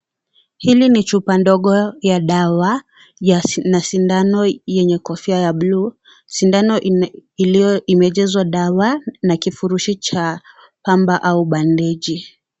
Hili ni chupa ndogo ya dawa na sindano yenye kofia ya bluu, sindano imejazwa dawa na kifuniko na kifurusi ya pamba au bandeji.